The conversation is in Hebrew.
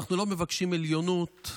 אנחנו לא מבקשים עליונות,